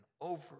over